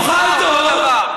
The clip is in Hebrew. אתה תאכל טרור,